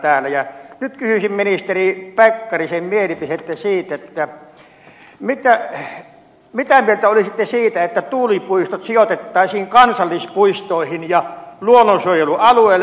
nyt kysyisin ministeri pekkarisen mielipidettä siitä mitä mieltä olisitte siitä että tuulipuistot sijoitettaisiin kansallispuistoihin ja luonnonsuojelualueille